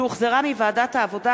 שהחזירה ועדת העבודה,